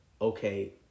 okay